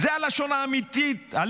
זאת הלשון האמיתית,